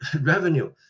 revenue